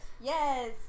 Yes